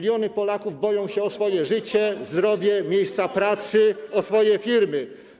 miliony Polaków boją się o swoje życie, zdrowie, miejsca pracy, o swoje firmy.